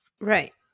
Right